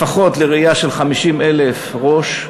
לפחות לרעייה של 50,000 ראש.